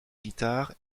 guitare